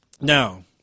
Now